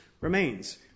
remains